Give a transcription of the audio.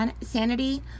sanity